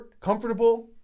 comfortable